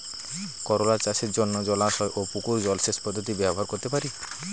করোলা চাষের জন্য জলাশয় ও পুকুর জলসেচ পদ্ধতি ব্যবহার করতে পারি?